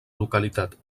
localitat